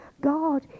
God